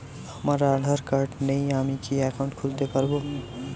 আমার আধার কার্ড নেই আমি কি একাউন্ট খুলতে পারব?